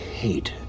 hate